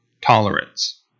tolerance